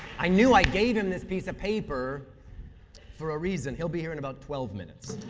i knew i gave him this piece of paper for a reason. he'll be here in about twelve minutes.